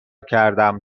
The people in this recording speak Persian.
کردم